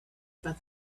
about